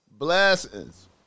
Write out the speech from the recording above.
blessings